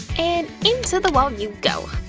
and into the wall you go!